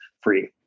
free